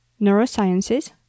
neurosciences